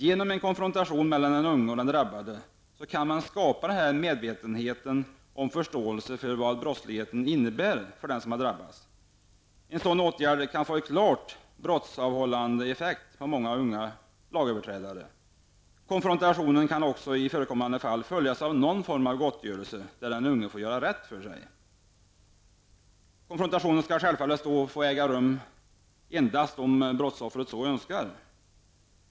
Med hjälp av en konfrontation mellan den unge och den drabbade kan man skapa en medvetenhet om och förståelse för vad brottsligheten innebär för den som drabbas. En sådan åtgärd kan få en klart brottsavhållande effekt på många unga lagöverträdare. Konfrontationen kan också i förekommande fall följas av någon form av gottgörelse där den unge gör rätt för sig. Konfrontationen skall självfallet endast få äga rum om brottsoffret så önskar.